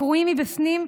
קרועים מבפנים,